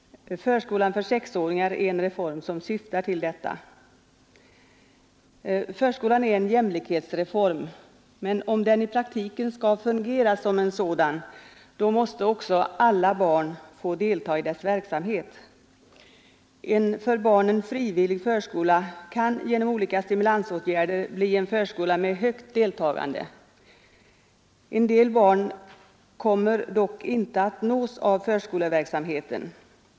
Förskolan för sexåringar är en reform som syftar till detta. Förskolan är en viktig jämlikhetsreform. Men om den i praktiken skall fungera som en sådan måste också alla barn få delta i dess verksamhet. En för barnen frivillig förskola kan genom olika stimulansåtgärder bli en förskola med högt deltagande. En del barn kommer dock inte att nås av förskoleverksamheten.